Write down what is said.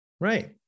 Right